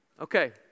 Okay